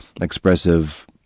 expressive